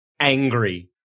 angry